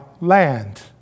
land